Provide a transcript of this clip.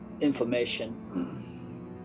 information